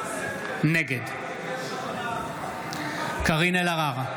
נגד קארין אלהרר,